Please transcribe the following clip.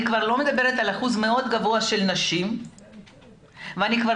אני כבר לא מדברת על אחוז מאוד גבוה של נשים ואני כבר